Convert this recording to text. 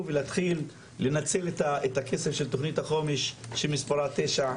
ולהתחיל לנצל את הכסף של תוכנית החומש שמספרה 922?